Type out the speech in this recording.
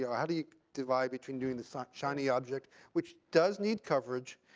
yeah how do you divide between doing the so shiny object, which does need coverage,